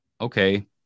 okay